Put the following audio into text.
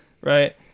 right